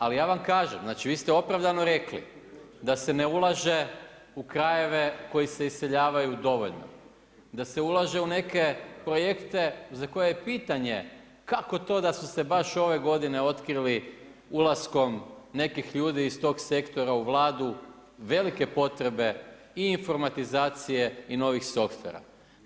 Ali ja vam kažem, vi ste opravdano rekli da se ne ulaže u krajeve koji se iseljavaju dovoljno, da se ulaže u neke projekte za koje je pitanje kako to da su se baš ove godine otkrili ulaskom nekih ljudi iz tog sektora u Vladu velike potrebe i informatizacije i novih softvera.